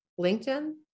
LinkedIn